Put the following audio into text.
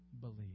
believe